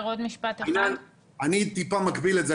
אני טיפה מקביל את זה.